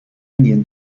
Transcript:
indian